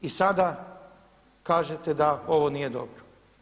I sada kažete da ovo nije dobro.